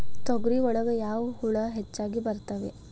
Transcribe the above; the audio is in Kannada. ತೊಗರಿ ಒಳಗ ಯಾವ ಹುಳ ಹೆಚ್ಚಾಗಿ ಬರ್ತವೆ?